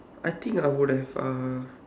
I think I would have uh